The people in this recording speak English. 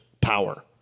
power